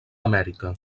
amèrica